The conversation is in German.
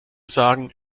sagen